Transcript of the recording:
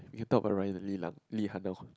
you can talk about Ryan Lee-Lang Lee-Han lor